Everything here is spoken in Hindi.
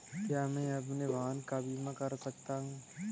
क्या मैं अपने वाहन का बीमा कर सकता हूँ?